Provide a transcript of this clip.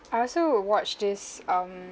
I also would watch this um